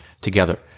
together